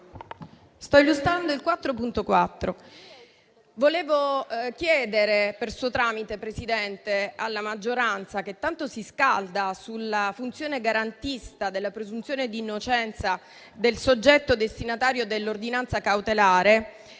l'emendamento 4.4 e chiedere, per suo tramite, alla maggioranza, che tanto si scalda sulla funzione garantista della presunzione di innocenza del soggetto destinatario dell'ordinanza cautelare,